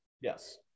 yes